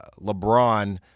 lebron